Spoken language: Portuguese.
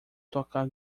tocar